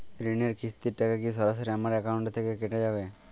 ঋণের কিস্তির টাকা কি সরাসরি আমার অ্যাকাউন্ট থেকে কেটে যাবে?